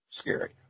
scary